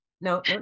no